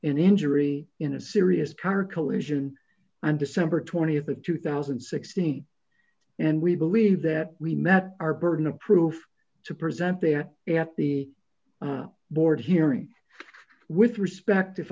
an injury in a serious car collision on december th of two thousand and sixteen and we believe that we met our burden of proof to present there at the board hearing with respect if